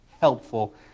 helpful